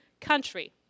country